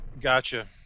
Gotcha